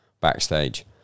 backstage